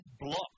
blocked